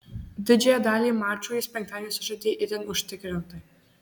didžiąją dalį mačų jis penktadienį sužaidė itin užtikrintai